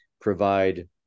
provide